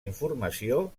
informació